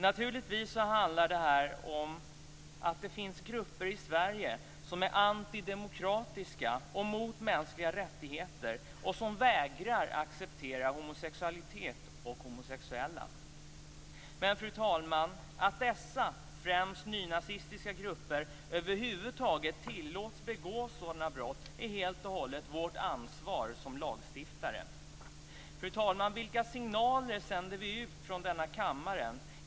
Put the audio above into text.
Naturligtvis handlar det om att det finns grupper i Sverige som är anti-demokratiska och mot mänskliga rättigheter och som vägrar att acceptera homosexualitet och homosexuella. Men, fru talman, att dessa främst nynazistiska grupper över huvud taget tillåts begå sådana brott är helt och hållet vårt ansvar som lagstiftare. Vilka signaler sänder vi ut från denna kammare?